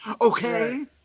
Okay